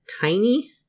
tiny